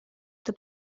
что